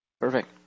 Perfect